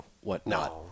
whatnot